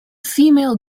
female